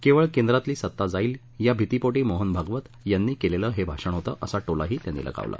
केवळ केंद्रातली सत्ता जाईल या भितीपोटी मोहन भागवत यांनी केलेलं हे भाषण होतं असा टोलाही त्यांनी लगावला